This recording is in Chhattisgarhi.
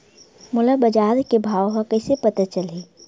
मोला बजार के भाव ह कइसे पता चलही?